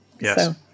Yes